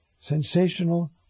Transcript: Sensational